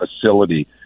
facility